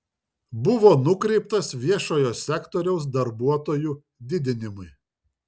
buvo nukreiptas viešojo sektoriaus darbuotojų didinimui